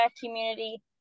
community